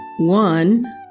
one